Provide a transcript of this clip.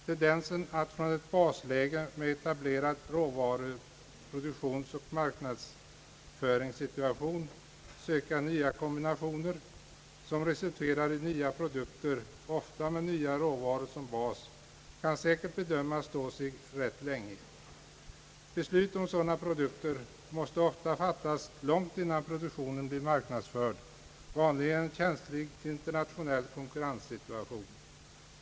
Tendensen att från ett basläge med en etablerad råvaru-, produktionsoch marknadsföringssituation söka nya kombinationer som resulterar i nya produkter, ofta med nya råvaror som bas, kan säkert bedömas stå sig rätt länge. Beslut om sådana produkter måste ofta fattas långt innan produkten blir marknadsförd, vanligen i en känslig internationell konkurrenssituation.